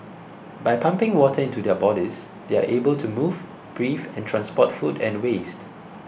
by pumping water into their bodies they are able to move breathe and transport food and waste